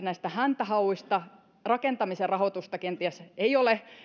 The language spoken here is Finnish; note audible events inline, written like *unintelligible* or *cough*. *unintelligible* näistä häntähauista rakentamisen rahoitusta kenties varsinaisesti ei ole